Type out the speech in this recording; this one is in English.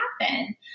happen